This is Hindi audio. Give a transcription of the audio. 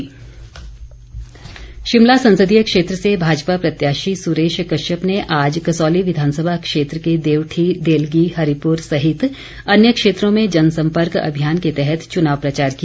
सुरेश कश्यप शिमला संसदीय क्षेत्र से भाजपा प्रत्याशी सुरेश कश्यप ने आज कसौली विधानसभा क्षेत्र के देवठी देलगी हरिपुर सहित अन्य क्षेत्रों में जनसंपर्क अभियान के तहत चुनाव प्रचार किया